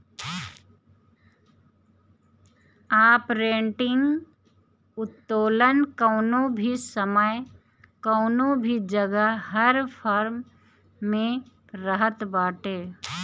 operating उत्तोलन कवनो भी समय कवनो भी जगह हर फर्म में रहत बाटे